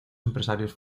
empresarios